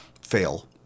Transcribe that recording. fail